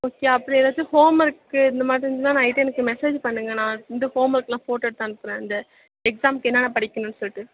okay அப்படி எதாச்சும் home work இந்தமாதிரி இருந்துச்சுன்னா நைட்டு எனக்கு மெசேஜ் பண்ணுங்கள் நான் வந்து ஹோம் ஓர்க்கு எல்லாம் ஃபோட்டோ எடுத்து அனுப்புகிறேன் இந்த எக்ஸாமுக்கு என்னென்னா படிக்கணுன்னு சொல்லிட்டு